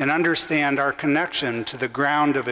and understand our connection to the ground of